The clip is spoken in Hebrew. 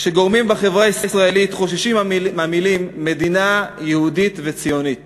כשגורמים בחברה הישראלית חוששים מהמילים "מדינה יהודית וציונית"